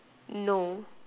no